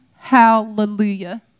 Hallelujah